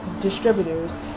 distributors